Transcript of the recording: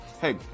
hey